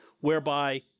whereby